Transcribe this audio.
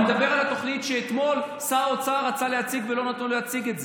אני מדבר על התוכנית ששר האוצר רצה להציג אתמול ולא נתנו לו להציג אותה.